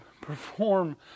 perform